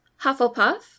Hufflepuff